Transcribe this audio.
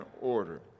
order